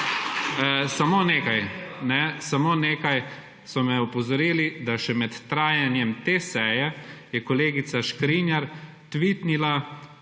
samo nekaj. So me opozorili, da še med trajanjem te seje je kolegica Škrinjar twitnila